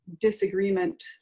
disagreement